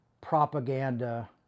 propaganda